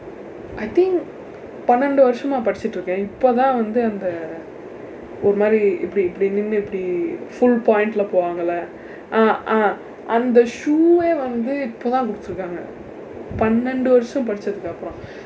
I think பன்னெண்டு வருஷம் படிச்சிட்டு இருக்கேன் இப்ப தான் வந்து அந்த ஒரு மாதிரி இப்படி இப்படி நின்னு இப்படி:panandu varsham padichitdu irukkeen ippa thaan vandthu andtha oru maathiri ipaadi ipaadi ninu ippadi full point இல்ல போவாங்க:illa povaangka leh ah ah அந்த:antha shoe eh வந்து இப்பதான் கொடுத்திருக்காங்க பன்னெண்டு வருஷம் படிச்சதுக்கு அப்புறம்:vanthu ippathaan koduthirukaanga panendu varusham padichathukku appuram